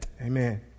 Amen